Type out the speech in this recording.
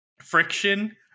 Friction